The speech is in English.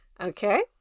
Okay